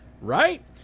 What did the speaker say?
right